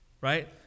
right